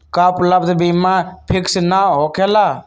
का उपलब्ध बीमा फिक्स न होकेला?